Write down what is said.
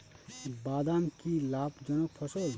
বাদাম কি লাভ জনক ফসল?